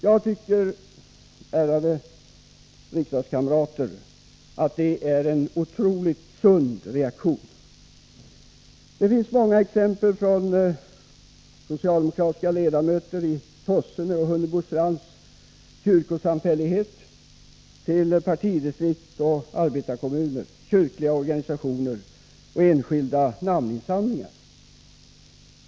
Jag tycker, ärade riksdagskamrater, att det är en otroligt sund reaktion. Det finns många exempel på den — socialdemokratiska ledamöter i Tossene och Hunnebostrands kyrkosamfällighet, partidistrikt och arbetarkommuner, kyrkliga organisationer och enskilda namninsamlingar.